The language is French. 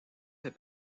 fait